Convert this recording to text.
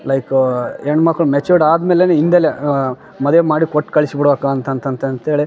like ಹೆಣ್ಮಕ್ಕಳು matured ಆದಮೇಲೇ ಹಿಂದೆ ಮದುವೆ ಮಾಡಿ ಕೊಟ್ಟು ಕಳ್ಸಿಬುಡೋಕು ಅಂತಂತಂತೇಳಿ